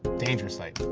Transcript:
dangerous site.